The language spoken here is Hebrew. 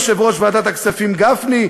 יושב-ראש ועדת הכספים גפני,